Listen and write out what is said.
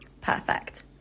perfect